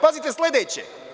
Pazite sledeće.